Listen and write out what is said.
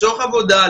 לצורך עבודה,